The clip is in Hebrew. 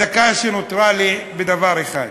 בדקה שנותרה לי, בדבר אחד.